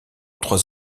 trois